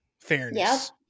Fairness